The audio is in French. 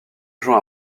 joue